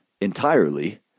entirely